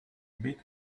bit